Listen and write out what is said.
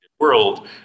World